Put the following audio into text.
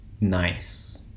nice